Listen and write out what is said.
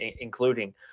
including